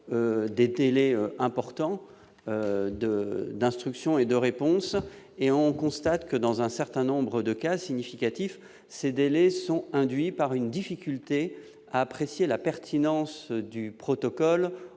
des télés important de d'instruction et de réponse et on constate que dans un certain nombre de cas significatif, ces délais sont induits par une difficulté à apprécier la pertinence du protocole